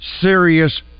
serious